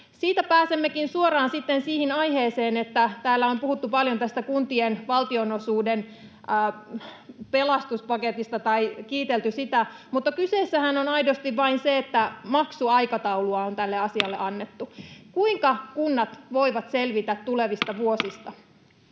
Siitä pääsemmekin suoraan sitten siihen aiheeseen, että täällä on puhuttu paljon kuntien valtionosuuden pelastuspaketista tai kiitelty sitä, mutta kyseessähän on aidosti vain se, että maksuaikataulua on tälle asialle annettu. Kuinka kunnat voivat selvitä tulevista vuosista?